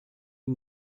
que